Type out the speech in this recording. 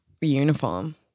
uniform